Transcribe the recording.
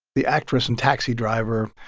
the actress in taxi driver,